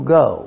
go